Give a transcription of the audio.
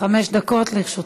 חמש דקות לרשותך.